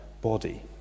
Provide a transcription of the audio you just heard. body